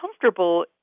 comfortable